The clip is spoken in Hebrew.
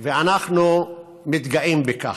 ואנחנו מתגאים בכך.